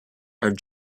are